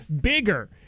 bigger